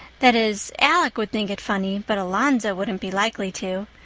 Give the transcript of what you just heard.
that is, alec would think it funny, but alonzo wouldn't be likely to.